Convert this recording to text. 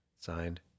Signed